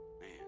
man